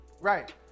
Right